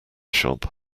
shop